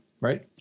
right